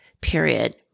period